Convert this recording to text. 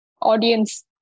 audience